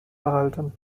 erhalten